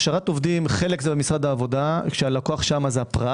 חלק זה משרד העבודה שהלקוח שם זה הפרט.